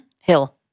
Hill